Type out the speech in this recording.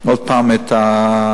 עוד פעם את הכללים,